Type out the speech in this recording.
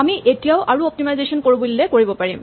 আমি এতিয়াও আৰু অপ্তিমাইজেচন কৰো বুলিলে কৰিব পাৰিম